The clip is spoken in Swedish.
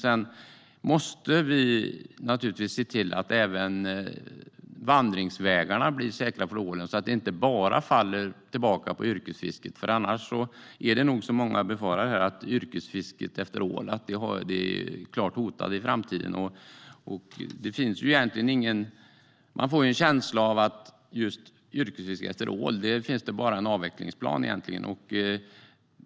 Vi måste se till att även vandringsvägarna för ålen blir säkra, så att ansvaret inte bara faller på yrkesfisket. Annars är yrkesfisket efter ål klart hotat i framtiden. Man får en känsla av att just för yrkesfisket efter ål finns det bara en avvecklingsplan.